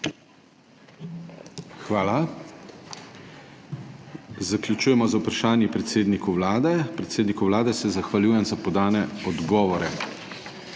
Hvala. Zaključujemo z vprašanji predsedniku Vlade. Predsedniku Vlade se zahvaljujem za podane odgovore.